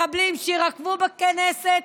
מחבלים, שיירקבו בכלא,